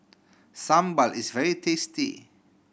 sambal is very tasty